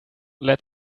let